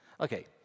Okay